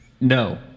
No